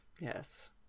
Yes